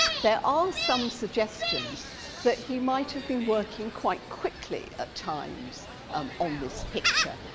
there are some suggestions that he might have been working quite quickly at times um on this picture.